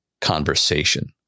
Conversation